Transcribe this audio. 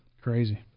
Crazy